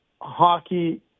hockey